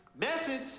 Message